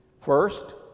First